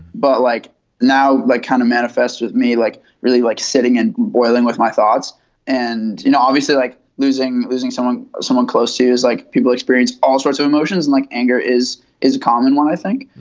but like now like kind of manifest with me, like really like sitting and boiling with my thoughts and, you know, obviously, like losing. losing someone someone close to you is like people experience all sorts of emotions, and like anger is is common one, i think.